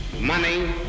Money